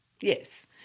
Yes